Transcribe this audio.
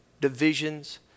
divisions